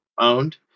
owned